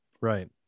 right